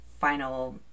final